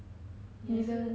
也是